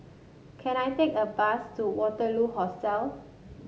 can I take a bus to Waterloo Hostel